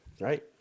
Right